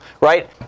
right